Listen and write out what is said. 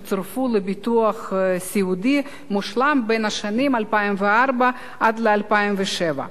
צורפה לביטוח סיעודי "מושלם" בשנים 2004 2007: